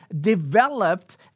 developed